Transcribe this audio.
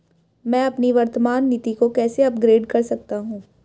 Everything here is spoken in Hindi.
मैं अपनी वर्तमान नीति को कैसे अपग्रेड कर सकता हूँ?